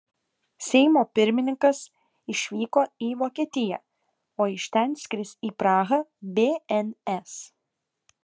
seimo pirmininkas išvyko į vokietiją o iš ten skris į prahą bns